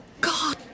God